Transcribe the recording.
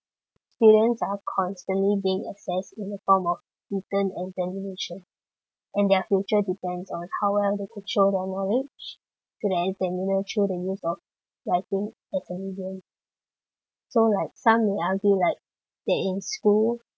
students are constantly being assessed in the form of written examination and their future depends on how well they could show their knowledge to the end and show the use of writing as a medium so like some may argue like they're in school